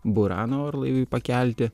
burano orlaiviui pakelti